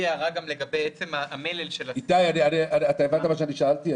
איתי, הבנת על מה שאלתי?